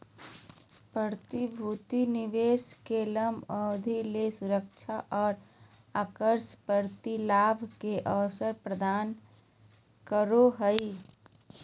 प्रतिभूति निवेश के लंबा अवधि ले सुरक्षा और आकर्षक प्रतिलाभ के अवसर प्रदान करो हइ